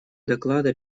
доклада